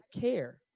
care